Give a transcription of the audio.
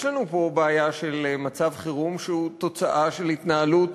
יש לנו פה בעיה של מצב חירום שהוא תוצאה של התנהלות